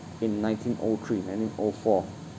in nineteen O three nineteen O four